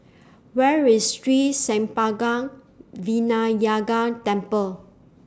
Where IS Sri Senpaga Vinayagar Temple